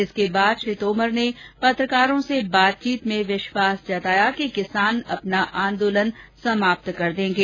इसके बाद श्री तोमर ने पत्रकारों से बातचीत में विश्वास जताया कि किसान अपना आंदोलन समाप्त करेंगे